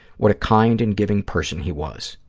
what a kind and giving person he was.